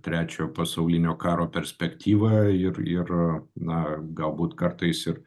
trečiojo pasaulinio karo perspektyva ir ir na galbūt kartais ir